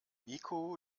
niko